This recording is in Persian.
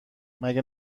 مگه